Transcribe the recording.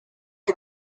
can